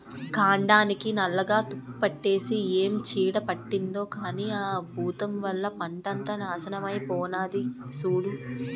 కాండానికి నల్లగా తుప్పుపట్టేసి ఏం చీడ పట్టిందో కానీ ఆ బూతం వల్ల పంటంతా నాశనమై పోనాది సూడూ